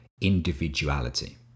individuality